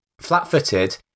flat-footed